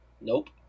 Nope